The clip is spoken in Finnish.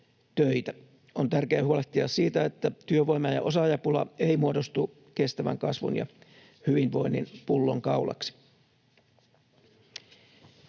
On tärkeää huolehtia siitä, että työvoima- ja osaajapula ei muodostu kestävän kasvun ja hyvinvoinnin pullonkaulaksi.